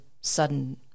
sudden